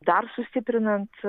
dar sustiprinant